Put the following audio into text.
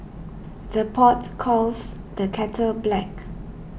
the pot calls the kettle black